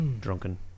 Drunken